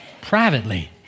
privately